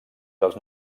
dels